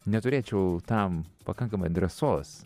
neturėčiau tam pakankamai drąsos